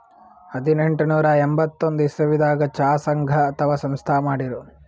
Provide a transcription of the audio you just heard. ಹದನೆಂಟನೂರಾ ಎಂಬತ್ತೊಂದ್ ಇಸವಿದಾಗ್ ಚಾ ಸಂಘ ಅಥವಾ ಸಂಸ್ಥಾ ಮಾಡಿರು